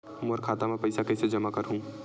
मोर खाता म पईसा कइसे जमा करहु?